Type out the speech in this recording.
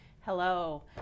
Hello